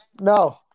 no